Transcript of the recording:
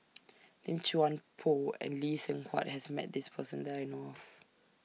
Lim Chuan Poh and Lee Seng Huat has Met This Person that I know of